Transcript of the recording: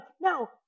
no